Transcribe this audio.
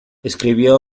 escribió